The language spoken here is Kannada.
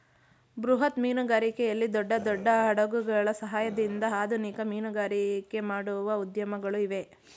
ಬೃಹತ್ ಮೀನುಗಾರಿಕೆಯಲ್ಲಿ ದೊಡ್ಡ ದೊಡ್ಡ ಹಡಗುಗಳ ಸಹಾಯದಿಂದ ಆಧುನಿಕ ಮೀನುಗಾರಿಕೆ ಮಾಡುವ ಉದ್ಯಮಗಳು ಇವೆ